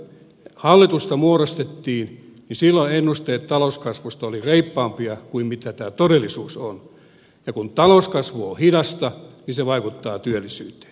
kun hallitusta muodostettiin niin silloin ennusteet talouskasvusta olivat reippaampia kuin mitä tämä todellisuus on ja kun talouskasvu on hidasta niin se vaikuttaa työllisyyteen